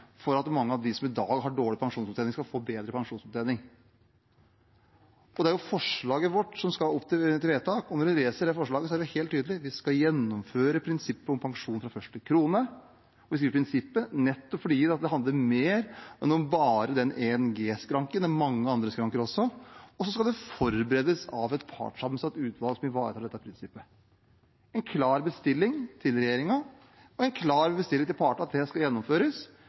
for det er flere skranker som ligger igjen, for at mange av dem som i dag har dårlig pensjonsopptjening, skal få bedre pensjonsopptjening. Når man leser vårt forslag nr. 2, er det helt tydelig at vi skal gjennomføre prinsippet om pensjon fra første krone. Vi skriver «prinsippet» nettopp fordi dette handler om mer enn bare 1 G-skranken. Det er også mange andre skranker. Og det skal forberedes av et partssammensatt utvalg som ivaretar dette prinsippet. Det er en klar bestilling til regjeringen og en klar bestilling til partene at det skal gjennomføres,